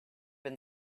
been